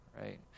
right